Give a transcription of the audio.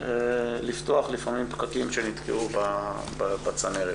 לפתוח לפעמים פקקים שנתקעו בצנרת.